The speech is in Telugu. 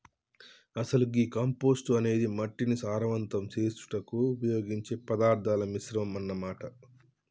అసలు గీ కంపోస్టు అనేది మట్టిని సారవంతం సెసులుకు ఉపయోగించే పదార్థాల మిశ్రమం అన్న మాట